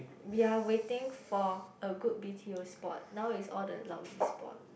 we're waiting for a good b_t_o spot now it's all the lousy spot